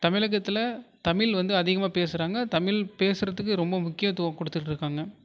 தமிழகத்தில் தமிழ் வந்து அதிகமாக பேசுகிறாங்க தமிழ் பேசுறதுக்கு ரொம்ப முக்கியத்துவம் கொடுத்துட்ருக்காங்க